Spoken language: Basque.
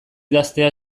idaztea